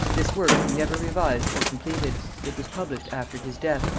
this work he never revised or completed it was published after his death,